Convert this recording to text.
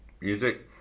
Music